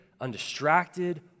undistracted